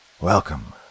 Welcome